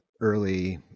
early